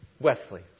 Wesley